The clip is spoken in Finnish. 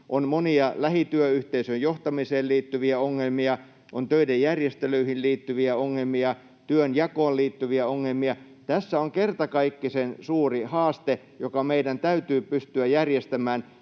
On monia lähityöyhteisön johtamiseen liittyviä ongelmia, on töiden järjestelyihin liittyviä ongelmia, työnjakoon liittyviä ongelmia. Tässä on kertakaikkisen suuri haaste, joka meidän täytyy pystyä järjestämään,